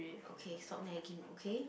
okay stop nagging okay